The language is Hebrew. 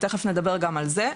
ותכף נדבר גם על זה.